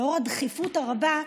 לאור הדחיפות הרבה,